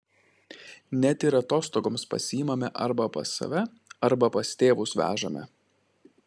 net ir atostogoms pasiimame arba pas save arba pas tėvus vežame